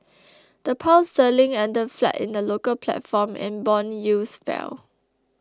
the Pound sterling ended flat in the local platform and bond yields fell